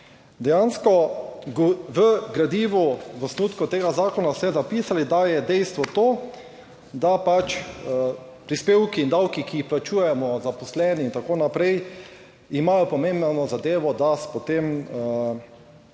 Dejansko v gradivu, v osnutku tega zakona ste zapisali, da je dejstvo to, da pač prispevki in davki, ki jih plačujemo zaposleni in tako naprej imajo pomembno zadevo, da po tem